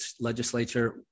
legislature